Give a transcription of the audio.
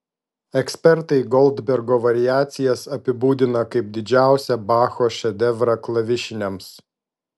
ekspertai goldbergo variacijas apibūdina kaip didžiausią bacho šedevrą klavišiniams